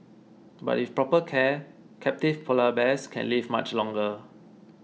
but with proper care captive Polar Bears can live much longer